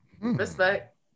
Respect